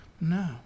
No